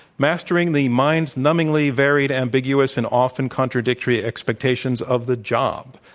mastering the mind numbingly varied ambiguous and often contradictory expectations of the job.